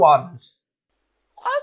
Ones